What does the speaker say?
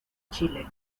chile